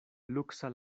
luksa